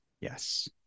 Yes